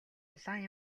улаан